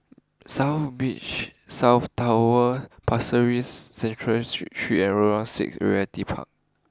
South Beach South Tower Pasir Ris Central Street three six Realty Park